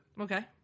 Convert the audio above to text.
Okay